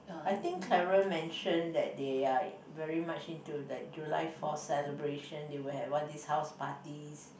I think Clara mentioned that they are very much into the July fourth celebration they will have all these house parties